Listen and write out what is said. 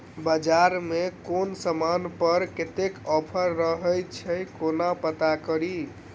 बजार मे केँ समान पर कत्ते ऑफर रहय छै केना पत्ता कड़ी?